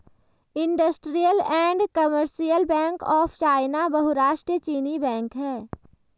industrial and commercial bank of China बहुराष्ट्रीय चीनी बैंक है